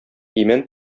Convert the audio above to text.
имән